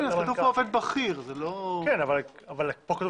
פה כתוב